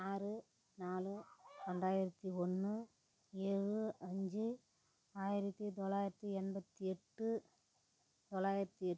ஆறு நாலு ரெண்டாயிரத்து ஒன்று ஏழு அஞ்சு ஆயிரத்து தொள்ளாயிரத்து எண்பத்து எட்டு தொள்ளாயிரத்து எட்